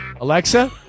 Alexa